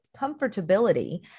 comfortability